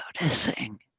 noticing